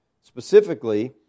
specifically